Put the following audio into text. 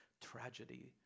tragedy